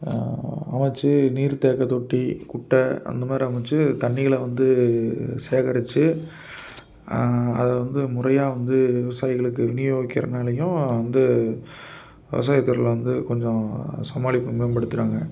அமைச்சு நீர் தேக்கத்தொட்டி குட்டை அந்தமாதிரி அமைச்சு தண்ணிகளை வந்து சேகரிச்சு அதைவந்து முறையாக வந்து விவசாயிகளுக்கு விநியோகிக்கிறதுனாலயும் வந்து விவசாயத்துறையில் வந்து கொஞ்சம் சமாளிப்பை மேம்படுத்துகிறாங்க